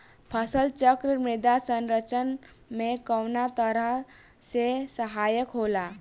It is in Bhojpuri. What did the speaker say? फसल चक्रण मृदा संरक्षण में कउना तरह से सहायक होला?